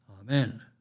Amen